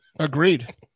Agreed